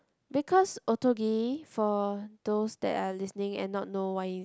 because Otogi for those that are listening and not know why